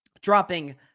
dropping